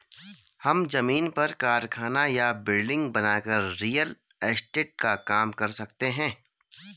हम जमीन पर कारखाना या बिल्डिंग बनाकर रियल एस्टेट का काम कर सकते है